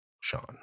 Sean